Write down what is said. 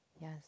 Yes